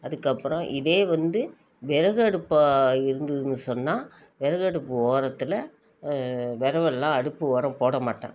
அதுக்கப்புறம் இதே வந்து விறகு அடுப்பாக இருந்ததுனு சொன்னால் விறகு அடுப்பு ஓரத்தில் வெறகெல்லாம் அடுப்பு ஓரம் போடமாட்டேன்